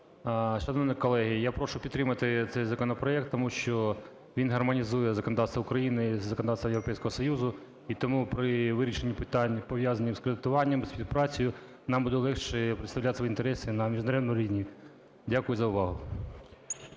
Дякую за увагу.